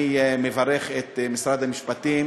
אני מברך את משרד המשפטים,